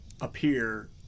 appear